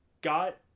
got